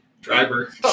Driver